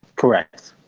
correct.